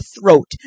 throat